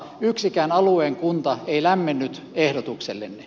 yksikään alueen kunta ei lämmennyt ehdotuksellenne